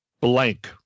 blank